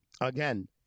again